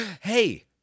Hey